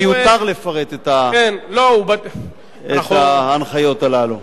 שמיותר לפרט את ההנחיות האלה.